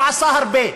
הוא עשה הרבה,